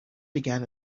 began